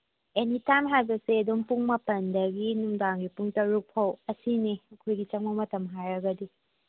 ꯑꯦꯅꯤ time ꯍꯥꯏꯕꯁꯦ ꯑꯗꯨꯝ ꯄꯨꯡ ꯃꯥꯄꯟꯗꯒꯤ ꯅꯨꯡꯗꯥꯡꯒꯤ ꯄꯨꯡ ꯇꯔꯨꯛꯐꯧ ꯑꯁꯤꯅꯤ ꯑꯩꯈꯣꯏꯒꯤ ꯆꯪꯕ ꯃꯇꯝ ꯍꯥꯏꯔꯒꯗꯤ